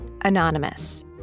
anonymous